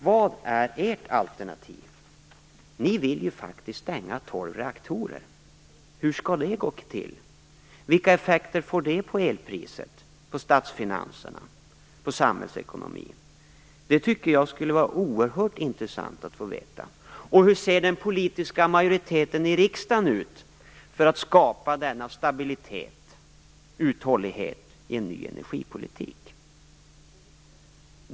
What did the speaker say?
Vad är ert alternativ? Ni vill faktiskt stänga tolv reaktorer. Hur skall det gå till? Vilka effekter får det på elpriset, statsfinanserna och samhällsekonomin? Det skulle vara oerhört intressant att få veta detta. Hur ser den politiska majoriteten i riksdagen ut när det gäller att skapa denna stabilitet och uthållighet i en ny energipolitik?